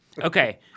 okay